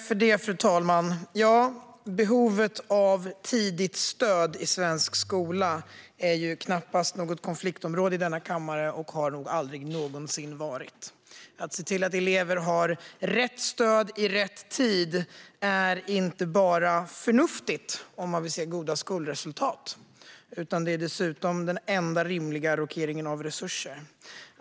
Fru talman! Ja, behovet av tidigt stöd i svensk skola är knappast något konfliktområde i denna kammare och har nog aldrig någonsin varit det. Att se till att elever har rätt stöd i rätt tid är inte bara förnuftigt om man vill se goda skolresultat. Det är dessutom den enda rimliga allokeringen av resurser.